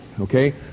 okay